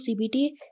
CBT